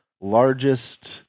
largest